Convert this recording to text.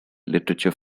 literature